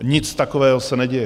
Nic takového se neděje.